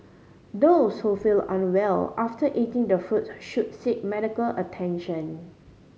those who feel unwell after eating the fruits should seek medical attention